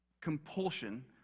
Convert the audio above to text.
compulsion